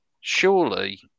Surely